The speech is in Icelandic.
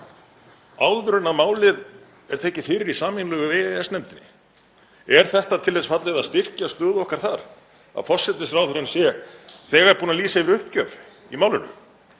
áður en málið er tekið fyrir í sameiginlegu EES-nefndinni? Er það til þess fallið að styrkja stöðu okkar þar að forsætisráðherrann sé þegar búinn að lýsa yfir uppgjöf í málinu